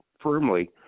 firmly